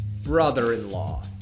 brother-in-law